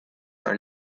are